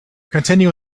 continue